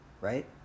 right